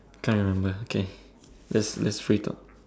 can't remember K let's let's free talk